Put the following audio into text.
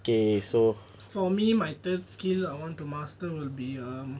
for me my third skill I want to master will be um